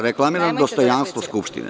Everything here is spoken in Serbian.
Reklamiram dostojanstvo Skupštine.